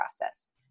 process